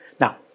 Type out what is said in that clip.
Now